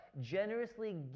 generously